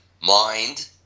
mind